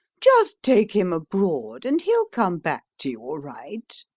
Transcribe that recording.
just take him abroad, and he'll come back to you all right.